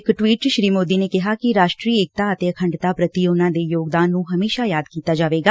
ਇਕ ਟਵੀਟ ਚ ਸ੍ਰੀ ਮੋਦੀ ਨੇ ਕਿਹਾ ਕਿ ਰਾਸਟਰੀ ਏਕਤਾ ਅਤੇ ਅਖੰਡਤਾ ਪ੍ਰਤੀ ਉਨਾਂ ਦੇ ਯੋਗਦਾਨ ਨੁੰ ਹਮੇਸ਼ਾ ਯਾਦ ਕੀਤਾ ਜਾਵੇਗਾ